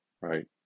right